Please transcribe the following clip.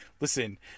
Listen